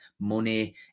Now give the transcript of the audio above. money